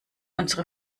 unsere